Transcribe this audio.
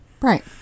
Right